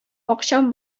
акчам